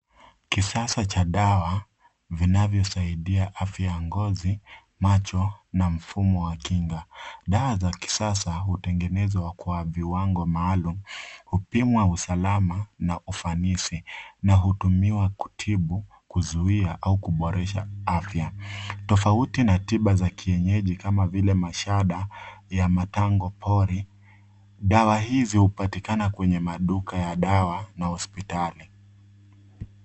Kisasa cha dawa vinavyosaidia afya ya ngozi, macho na mfumo wa kinga. Dawa za kisasa hutengenezwa kwa viwango maalum, hupimwa usalama na ufanisi na hutumiwa kutibu, kuzuia au kuboresha afya. Tofauti na tiba za kienyeji kama vile mashada ya matango pori, dawa hizi hupatikana kwenye maduka ya dawa na hospitali.